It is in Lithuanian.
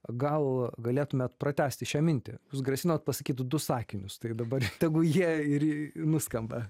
gal galėtumėt pratęsti šią mintį jūs grasinot pasakyti du sakinius tai dabar tegu jie ir nuskamba